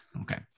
Okay